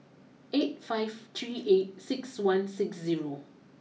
eight five three eight six one six zero